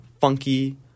funky